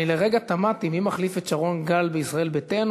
אני לרגע תמהתי מי מחליף את שרון גל בישראל ביתנו,